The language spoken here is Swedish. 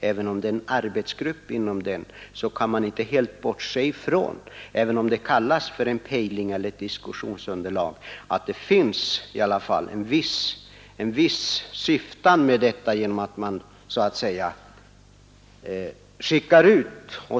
Även om det framlagts av en arbetsgrupp inom detta, kan man inte helt bortse från att det — även om det kallas för en pejling eller ett diskussionsunderlag — finns i varje fall en viss syftning med det i och med att det har skickats ut.